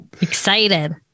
Excited